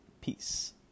Peace